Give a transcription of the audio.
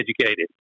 educated